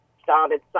started